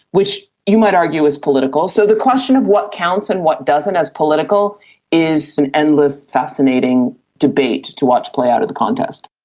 which you might argue is political. so the question of what counts and what doesn't as political is an endless fascinating debate to watch play out at the contest.